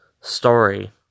story